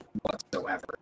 whatsoever